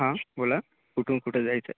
हां बोला कुठून कुठं जायचं आहे